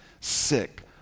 sick